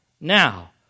Now